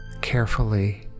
carefully